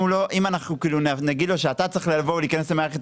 אם אנחנו נגיד לו: אתה צריך להיכנס למערכת